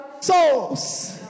souls